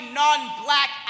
non-black